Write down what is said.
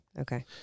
Okay